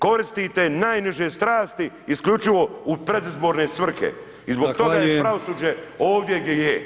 Koristite najniže strasti isključivo u predizborne svrhe i zbog toga je pravosuđe ovdje gdje je, zbog toga.